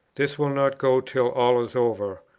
this will not go till all is over.